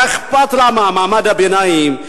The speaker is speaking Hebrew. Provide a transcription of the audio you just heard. מה אכפת לה ממעמד הביניים?